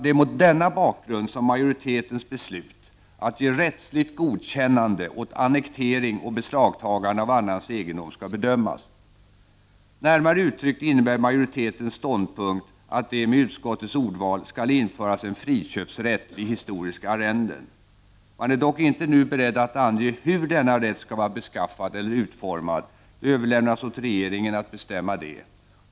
Det är mot denna bakgrund som majoritetens beslut att ge rättsligt godkännande åt annektering och beslagtagande av annans egendom skall bedömas. Närmare uttryckt innebär majoritetens ståndpunkt att det — med utskottets ordval — skall införas en friköpsrätt vid historiska arrenden. Man är dock inte nu beredd att ange hur denna rätt skall vara beskaffad eller utformad. Det överlämnas åt regeringen att bestämma.